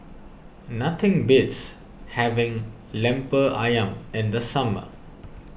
nothing beats having Lemper Ayam in the summer